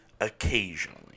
Occasionally